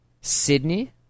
Sydney